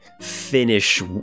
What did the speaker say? finish